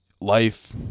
life